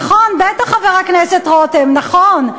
נכון, בטח, חבר הכנסת רותם, נכון.